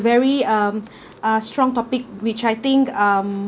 very um uh strong topic which I think um